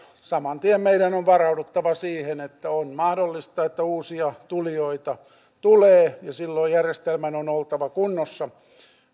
saman tien meidän on varauduttava siihen että on mahdollista että uusia tulijoita tulee ja silloin järjestelmän on oltava kunnossa